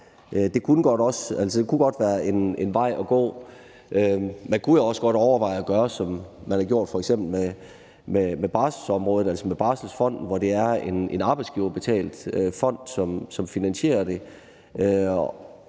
Det kunne godt være en vej at gå. Man kunne også godt overveje at gøre, som man har gjort på f.eks. barselsområdet, altså med Barselsfonden, hvor det er en arbejdsgiverbetalt fond, som finansierer det